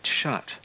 shut